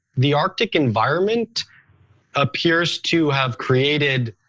the arctic environment appears to have created